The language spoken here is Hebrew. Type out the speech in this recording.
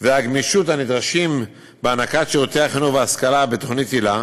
והגמישות הנדרשים בהענקת שירותי החינוך וההשכלה בתוכנית היל"ה,